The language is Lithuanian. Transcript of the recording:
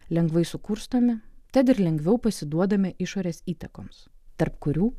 lengvai sukurstomi tad ir lengviau pasiduodame išorės įtakoms tarp kurių